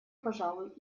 пожалуй